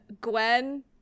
Gwen